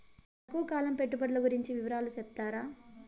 తక్కువ కాలం పెట్టుబడులు గురించి వివరాలు సెప్తారా?